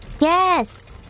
Yes